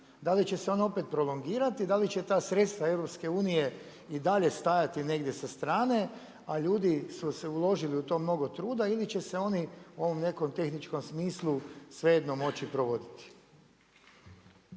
da li će se one opet prolongirati, da li će ta sredstva EU i dalje stajati negdje sa strane a ljudi su uložili u to mnogo truda ili će se oni u ovom nekom tehničkom smislu svejedno moći provoditi?